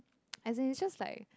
as in it's just like